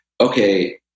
okay